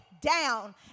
down